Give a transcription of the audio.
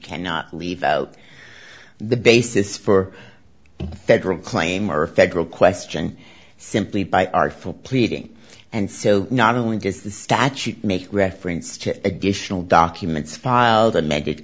cannot leave out the basis for federal claim are a federal question simply by our full pleading and so not only does the statute make reference to additional documents filed a me